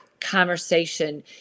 conversation